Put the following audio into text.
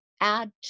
add